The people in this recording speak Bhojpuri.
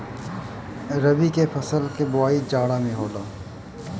रबी के फसल कअ बोआई जाड़ा में होला